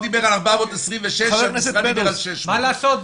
הוא דיבר על 426 והמשרד דיבר על 600. מה לעשות,